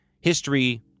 History